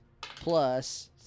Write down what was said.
plus